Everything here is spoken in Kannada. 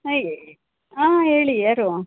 ಹಾಂ ಹೇಳಿ ಹಾಂ ಹೇಳಿ ಯಾರು